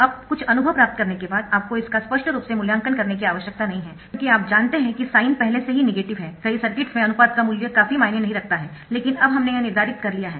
अब कुछ अनुभव प्राप्त करने के बाद आपको इसका स्पष्ट रूप से मूल्यांकन करने की आवश्यकता नहीं है क्योंकि आप जानते है कि साइन पहले से ही नेगेटिव है कई सर्किट्स में अनुपात का मूल्य काफी मायने नहीं रखता है लेकिन अब हमने यह निर्धारित कर लिया है